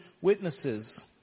witnesses